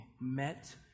met